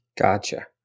Gotcha